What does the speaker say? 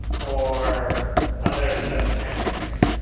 or other such techniques?